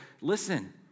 listen